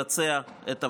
ויבצע את עבודתו.